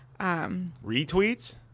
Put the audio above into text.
Retweets